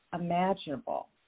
imaginable